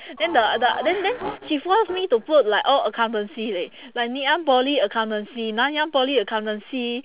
then the the then then she force me to put like all accountancy leh like ngee-ann poly accountancy nanyang poly accountancy